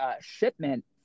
shipment